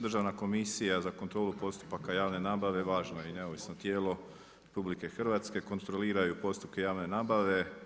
Državna komisija za kontrolu postupaka javne nabave važno je i neovisno tijelo RH, kontroliraju postupke javne nabave.